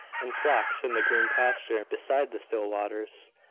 and flocks in the green pasture and beside the still waters,